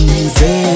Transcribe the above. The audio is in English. easy